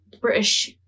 British